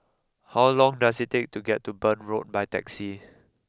how long does it take to get to Burn Road by taxi